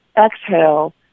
exhale